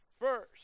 first